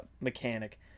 mechanic